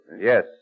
Yes